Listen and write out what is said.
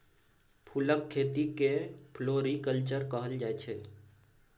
फुलक खेती केँ फ्लोरीकल्चर कहल जाइ छै